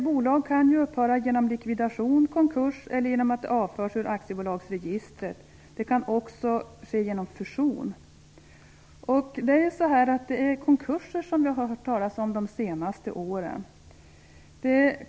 Bolag kan ju upphöra genom likvidation, konkurs eller genom att de avförs ur aktiebolagsregistret. Det kan också ske genom fusion. Det är ju konkurser som vi har hört talas om under de senaste åren.